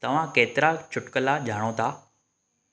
तव्हां केतिरा चुटकुला ॼाणो था